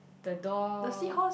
the door